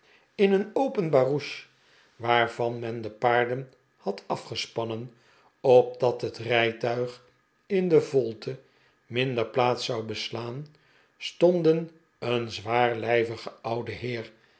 in een open barouche waarvan men de paarden had afgespannen opdat het rijtuig in de volte minder plaats zou beslaan stonden een zwaarlijvige oude heer